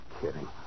kidding